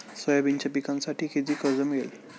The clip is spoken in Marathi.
सोयाबीनच्या पिकांसाठी किती कर्ज मिळेल?